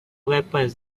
weapons